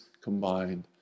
combined